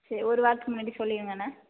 சேரி ஒரு வாரத்துக்கு முன்னாடி சொல்லிருங்கண்ணா